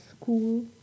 school